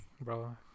Bro